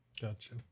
gotcha